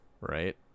right